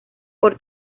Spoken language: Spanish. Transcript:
por